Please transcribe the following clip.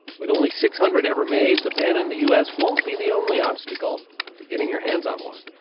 with only six hundred ever made, the ban in the u s. won't be the only obstacle to getting your hands on one.